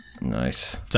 Nice